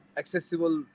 accessible